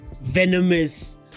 venomous